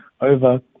over